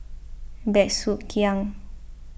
Bey Soo Khiang